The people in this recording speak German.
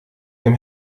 dem